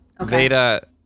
Veda